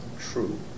true